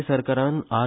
ए सरकारान आर